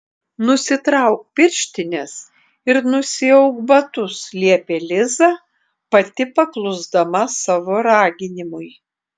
nusitrauk pirštines ir nusiauk batus liepė liza pati paklusdama savo raginimui